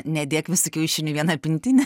nedėk visų kiaušinių į vieną pintinę